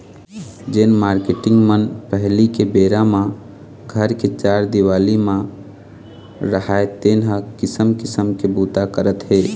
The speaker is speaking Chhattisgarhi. जेन मारकेटिंग मन पहिली के बेरा म घर के चार देवाली म राहय तेन ह किसम किसम के बूता करत हे